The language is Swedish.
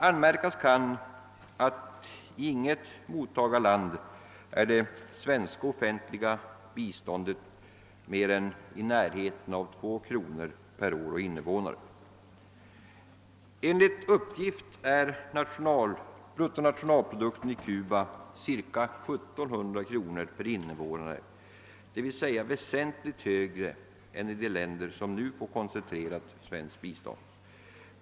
Anmärkas kan att i inget mottagarland ligger det svenska offentliga biståndet högre än i närheten av 2 kr. per år och invånare, Enligt uppgift är bruttonationalprodukten i Cuba ca 1 700 kr. per invånare, d.v.s. väsentligt större än i de länder som nu får koncentrerat svenskt bistånd.